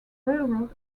railroad